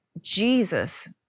Jesus